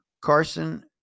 Carson